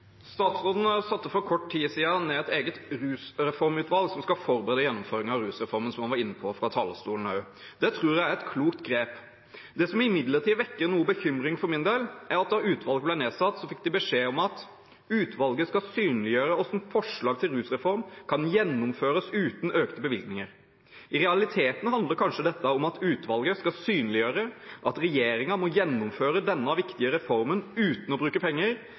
Statsråden satte for kort tid siden ned et eget rusreformutvalg, som skal forberede gjennomføringen av rusreformen, som han var inne på fra talerstolen også. Det tror jeg er et klokt grep. Det som imidlertid vekker noe bekymring for min del, er at utvalget, da det ble nedsatt, fikk beskjed om følgende: «Utvalget skal synliggjøre hvordan forslag til rusreform kan gjennomføres uten økte bevilgninger.» I realiteten handler dette kanskje om at utvalget skal synliggjøre at regjeringen må gjennomføre denne viktige reformen uten å bruke penger,